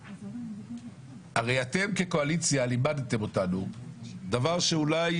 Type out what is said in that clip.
הרי אתם כקואליציה לימדתם אותנו דבר שאולי